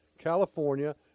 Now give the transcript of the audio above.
California